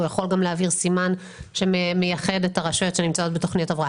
הוא יכול גם להעביר סימן שמייחד את הרשויות שנמצאות בתכניות הבראה.